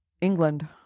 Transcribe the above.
England